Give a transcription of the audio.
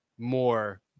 more